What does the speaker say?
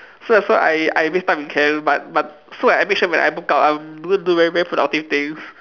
so so I I waste time in camp but but so I make sure when I book out I'm able to do very very productive things